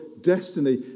destiny